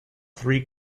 three